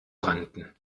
rannten